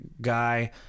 guy